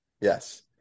Yes